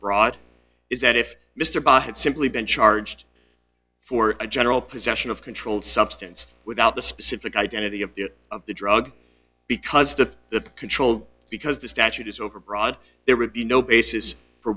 broad is that if mr bott had simply been charged for a general possession of controlled substance without the specific identity of the of the drug because the the control because the statute is overbroad there would be no basis for